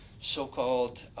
so-called